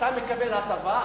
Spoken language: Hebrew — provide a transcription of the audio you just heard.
שהם מקבלים הטבה,